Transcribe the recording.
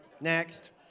Next